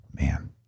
Man